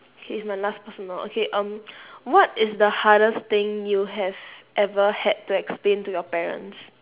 K it's my last personal okay um what is the hardest thing you have ever had to explain to your parents